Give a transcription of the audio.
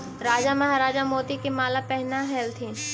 राजा महाराजा मोती के माला पहनऽ ह्ल्थिन